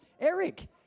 Eric